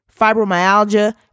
fibromyalgia